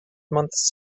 months